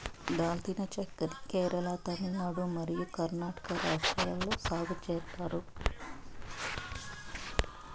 దాల్చిన చెక్క ని కేరళ, తమిళనాడు మరియు కర్ణాటక రాష్ట్రాలలో సాగు చేత్తారు